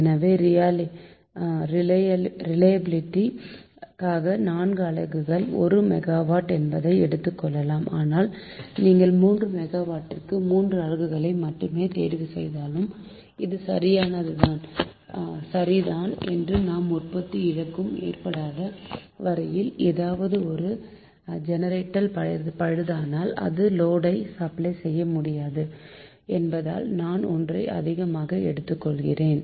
எனவே ரிலையபிலிட்டி க்காக 4 அலகுகள் 1 மெகாவாட் என்பதை எடுத்துக்கொள்ளலாம் ஆனால் நீங்கள் 3 மெகாவாட்க்கு 3 அலகுகளை மட்டும் தேர்வுசெய்தாலும் அது சரிதான் எந்த உற்பத்தி இழப்பும் ஏற்படாத வரையில் ஏதாவது ஒரு ஜெனெரேட்டர் பழுதானால் அது லோடை சப்பளை செய்யமுடியாது என்பதால் தான் ஒன்றை அதிகமாக எடுத்துக்கொள்கிறோம்